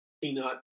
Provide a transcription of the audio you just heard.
peanut